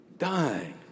dying